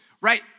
right